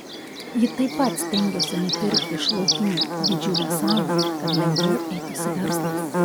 ji taip pat stengiasi nupirkti iš laukinių didžiulę salą kad lengviau eitųsi verslas